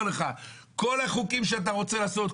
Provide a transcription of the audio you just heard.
כל החוקים שאתה רוצה לעשות,